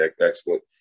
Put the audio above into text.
excellent